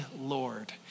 Lord